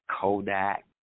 Kodak